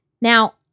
Now